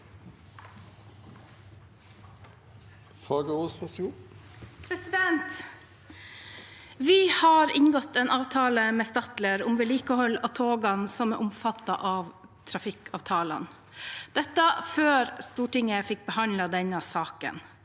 Vy har inngått en av- tale med Stadler om vedlikehold av togene som er omfattet av trafikkavtalene – dette før Stortinget fikk behandlet denne saken.